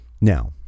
now